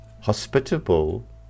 hospitable